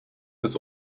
des